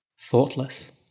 thoughtless